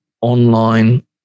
online